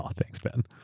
um thanks, ben.